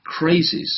crazies